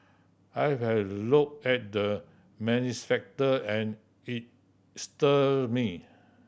I have looked at the manifesto and it stir me